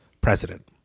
president